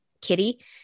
Kitty